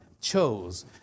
chose